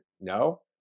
No